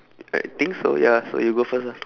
I think so ya so you go first lah